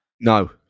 No